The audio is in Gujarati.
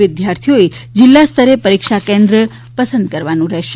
વિદ્યાર્થીઓને જીલ્લા સ્તરે પરીક્ષા કેન્દ્ર પસંદ કરવાનું રહેશે